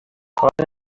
اندازست